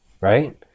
right